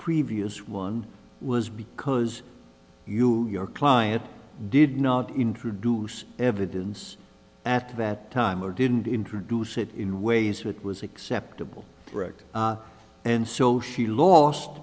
previous one was because you your client did not introduce evidence at that time or didn't introduce it in ways which was acceptable wrecked and so she lost